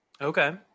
Okay